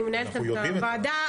אני מנהלת את הוועדה,